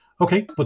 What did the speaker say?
Okay